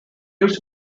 used